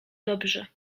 dobrze